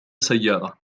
سيارة